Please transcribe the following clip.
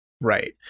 Right